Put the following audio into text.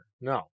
No